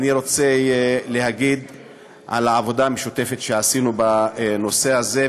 אני רוצה לדבר על העבודה המשותפת שעשינו בנושא הזה,